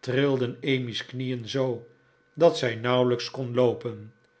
trilden emmy's knieen zoo dat zij nauwelijks kon loopen